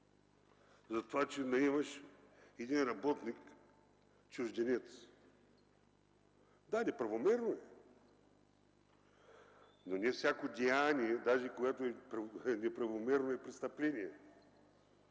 затова че наемаш един работник чужденец. Да, неправомерно е, но не всяко деяние, даже когато е неправомерно, е престъпление!